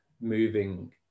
moving